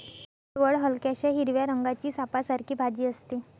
पडवळ हलक्याशा हिरव्या रंगाची सापासारखी भाजी असते